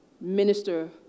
minister